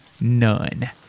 none